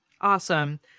Awesome